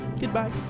goodbye